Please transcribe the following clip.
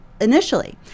initially